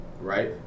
right